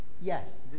Yes